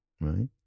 right